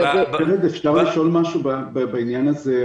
אפשר לשאול משהו בעניין הזה?